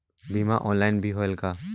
बीमा ऑनलाइन भी होयल का?